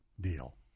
deal